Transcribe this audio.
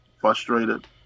frustrated